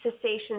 cessation